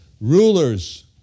rulers